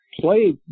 play